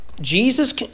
Jesus